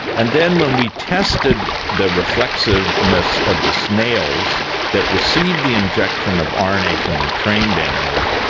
and then when we tested the reflexiveness of the snails that received the injection of ah rna from the trained animals,